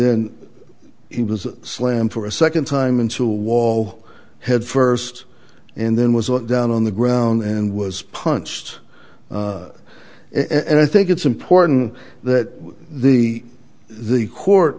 then he was slammed for a second time into a wall head first and then was it down on the ground and was punched and i think it's important that the the court